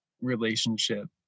relationship